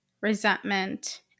resentment